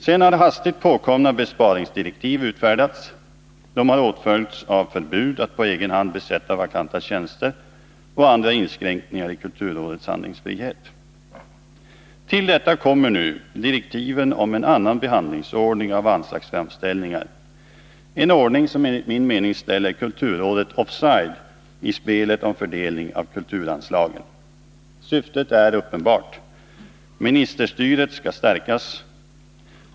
Sedan har hastigt påkomna besparingsdirektiv utfärdats. De har åtföljts av förbud att på egen hand besätta vakanta tjänster och av andra inskränkningar i kulturrådets handlingsfrihet. Till detta kommer nu direktiven om en annan behandlingsordning för anslagsframställningar — en ordning som enligt min mening ställer kulturrådet offside i spelet om fördelning av kulturanslagen. Syftet är uppenbart. Ministerstyret skall stärkas.